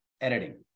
editing